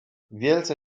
wielce